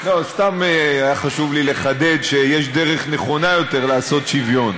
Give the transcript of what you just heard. סתם היה חשוב לי לחדד שיש דרך נכונה יותר לעשות שוויון.